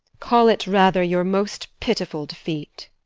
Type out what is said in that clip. call it rather your most pitiful defeat.